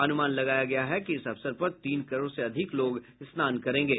अनुमान लगाया गया है कि इस अवसर पर तीन करोड़ से अधिक लोग स्नान करेंगे